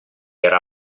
era